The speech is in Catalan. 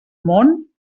món